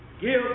give